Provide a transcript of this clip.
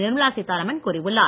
நிர்மலா சீத்தாரமன் கூறியுள்ளார்